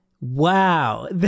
wow